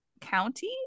county